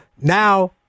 now